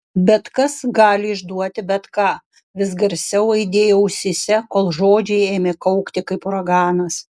bet kas gali išduoti bet ką vis garsiau aidėjo ausyse kol žodžiai ėmė kaukti kaip uraganas